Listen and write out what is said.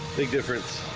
big difference